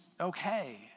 okay